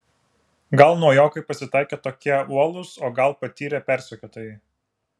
gal naujokai pasitaikė tokie uolūs o gal patyrę persekiotojai